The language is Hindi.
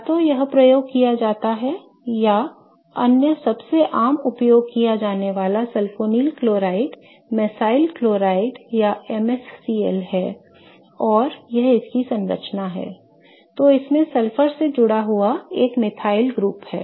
या तो यह प्रयोग किया जाता है या अन्य सबसे आम उपयोग किया जाने वाला sulphonyl chloride mesyl chloride MsCl है और यह इसकी संरचना है I तो इसमें सल्फर से जुड़ा एक मिथाइल समूह है